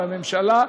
בממשלה,